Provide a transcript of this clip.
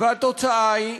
התוצאה היא,